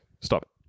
Stop